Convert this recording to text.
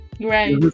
Right